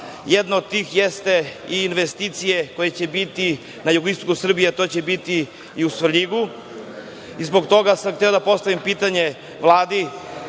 od tih su i investicije koje će biti na jugoistoku Srbije, a to će biti i u Svrljigu. Zbog toga sam hteo da postavim pitanje Vladi